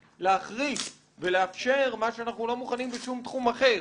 להחריג ולאפשר מה שאנחנו לא מוכנים בשום תחום אחר,